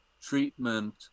treatment